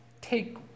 take